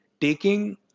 taking